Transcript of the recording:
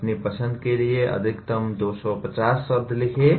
अपनी पसंद के लिए अधिकतम 250 शब्द लिखें